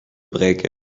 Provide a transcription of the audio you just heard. breken